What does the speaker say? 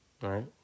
Right